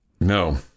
No